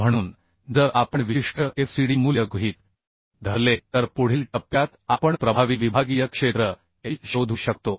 म्हणून जर आपण विशिष्ट Fcd मूल्य गृहीत धरले तर पुढील टप्प्यात आपण प्रभावी विभागीय क्षेत्र Ae शोधू शकतो